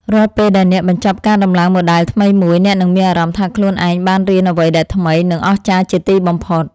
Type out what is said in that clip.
រាល់ពេលដែលអ្នកបញ្ចប់ការដំឡើងម៉ូដែលថ្មីមួយ អ្នកនឹងមានអារម្មណ៍ថាខ្លួនឯងបានរៀនអ្វីដែលថ្មី និងអស្ចារ្យជាទីបំផុត។